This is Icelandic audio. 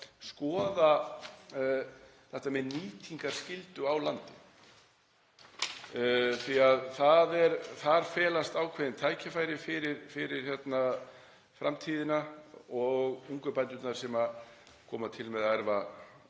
skoða nýtingarskyldu á landi því að þar felast ákveðin tækifæri fyrir framtíðina og ungu bændurna sem koma til með að erfa